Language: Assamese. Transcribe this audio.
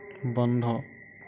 বন্ধ